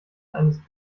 eines